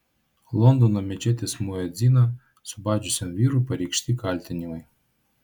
londono mečetės muedziną subadžiusiam vyrui pareikšti kaltinimai